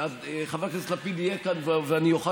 כשחבר הכנסת לפיד יהיה כאן ואני אוכל